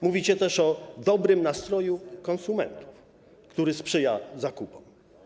Mówicie też o dobrym nastroju konsumentów, który sprzyja zakupom.